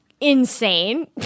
insane